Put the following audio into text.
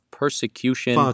persecution